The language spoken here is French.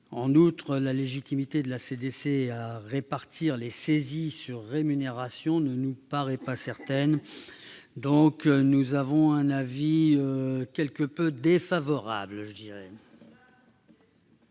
En outre, la légitimité de la CDC à répartir les saisies sur rémunération ne nous paraît pas certaine. Nous avons donc émis un avis quelque peu défavorable, dirai-je.